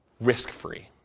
risk-free